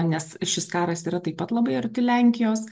nes šis karas yra taip pat labai arti lenkijos